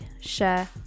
share